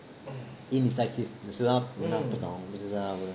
indecisive 有时她她不懂我不是跟她